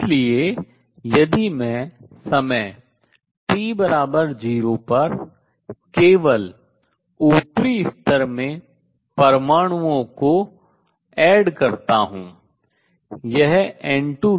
इसलिए यदि मैं समय t 0 पर केवल ऊपरी स्तर में परमाणुओं को add करता जोड़ता हूँ